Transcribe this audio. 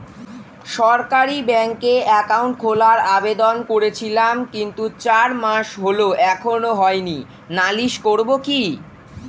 সরকারি ব্যাংকে একাউন্ট খোলার আবেদন করেছিলাম কিন্তু চার মাস হল এখনো হয়নি নালিশ করব কি?